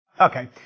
Okay